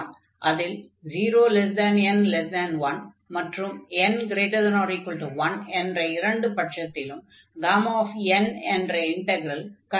அதில் 0n1 மற்றும் n≥1 என்ற இரண்டு பட்சத்திலும் n என்ற இன்டக்ரல் கன்வர்ஜ் ஆகும்